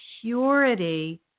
purity